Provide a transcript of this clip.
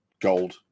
gold